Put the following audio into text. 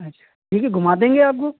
अच्छा ठीक है घुमा देंगे आपको